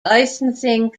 licensing